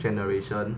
generation